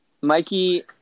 Mikey